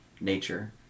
nature